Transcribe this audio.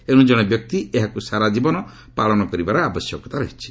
ଏଣୁ ଜଣେ ବ୍ୟକ୍ତି ଏହାକୁ ସାରାଜୀବନ ପାଳନ କରିବାର ଆବଶ୍ୟକତା ରହିଛି